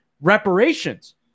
Reparations